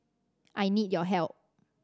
I need your help